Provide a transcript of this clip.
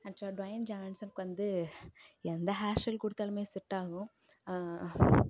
actor Dwayne ஜான்சனுக்கு வந்து எந்த ஹேர் ஸ்டெயில் கொடுத்தாலுமே செட் ஆகும்